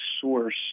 source